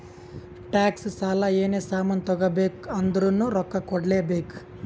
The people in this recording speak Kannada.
ಟ್ಯಾಕ್ಸ್, ಸಾಲ, ಏನೇ ಸಾಮಾನ್ ತಗೋಬೇಕ ಅಂದುರ್ನು ರೊಕ್ಕಾ ಕೂಡ್ಲೇ ಬೇಕ್